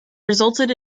resulted